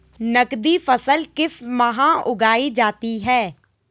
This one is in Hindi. नकदी फसल किस माह उगाई जाती है?